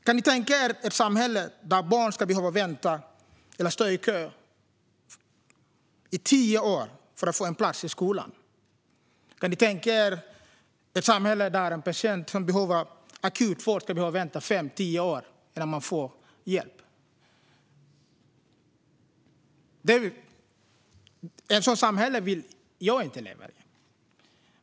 Kan ni tänka er ett samhälle där barn ska behöva vänta eller stå i kö i tio år för att få en plats i skolan? Kan ni tänka er ett samhälle där en patient som behöver akutvård ska behöva vänta i fem tio år innan den får hjälp? Ett sådant samhälle vill jag inte leva i.